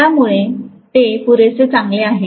त्यामुळे ते पुरेसे चांगले आहे